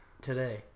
today